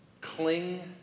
cling